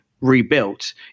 rebuilt